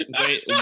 Wait